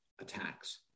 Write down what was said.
Attacks